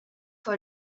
for